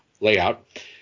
layout